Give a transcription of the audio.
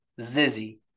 zizzy